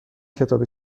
کتاب